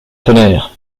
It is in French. tonnerre